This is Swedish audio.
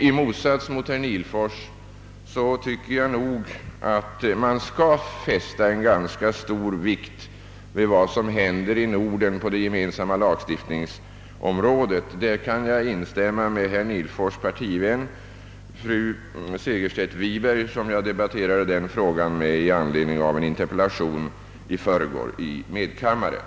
I motsats till herr Nihlfors tycker jag att man skall fästa ganska stor vikt vid vad som händer i Norden på det gemensamma lagstiftningsområdet. Därvidlag kan jag instämma med herr Nihlfors” partivän fru Segerstedt Wiberg som jag debatterade denna fråga med i anslutning till en interpellation i förrgår i medkammaren.